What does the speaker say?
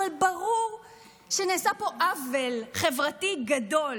אבל ברור שנעשה פה עוול חברתי גדול.